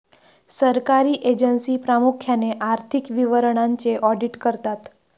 सरकारी एजन्सी प्रामुख्याने आर्थिक विवरणांचे ऑडिट करतात